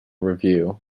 review